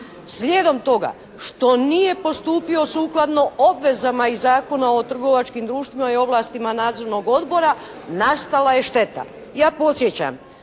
Slijedom toga što nije postupio sukladno obvezama iz Zakona o trgovačkim društvima i ovlastima nadzornog odbora nastala je šteta. Ja podsjećam